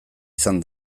izan